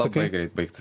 labai greit baigtųsi